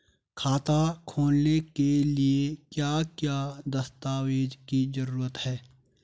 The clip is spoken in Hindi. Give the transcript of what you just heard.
खाता खोलने के लिए क्या क्या दस्तावेज़ की जरूरत है?